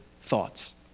thoughts